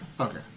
Okay